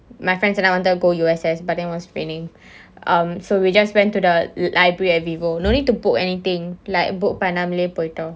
my friends வந்து:vanthu wanted to go U_S_S but then it was raining um so we just went to the library at vivo no need to book anything like book பண்ணாமலேயே போய்டோம்:pannaamalayae poitom